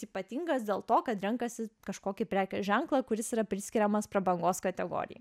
ypatingas dėl to kad renkasi kažkokį prekės ženklą kuris yra priskiriamas prabangos kategorijai